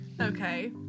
Okay